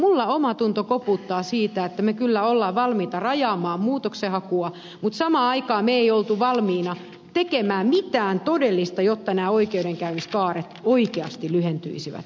minulla omatunto koputtaa siitä että me kyllä olemme valmiita rajaamaan muutoksenhakua mutta samaan aikaan me emme olleet valmiita tekemään mitään todellista jotta nämä oikeudenkäymiskaaret oikeasti lyhentyisivät